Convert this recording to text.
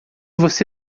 você